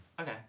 Okay